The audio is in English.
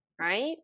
right